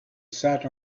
sat